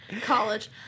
College